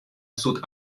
sud